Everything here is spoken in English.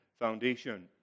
foundation